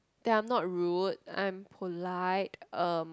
that I'm not rude I'm polite um